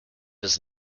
his